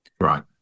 Right